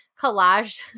collage